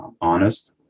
honest